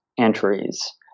entries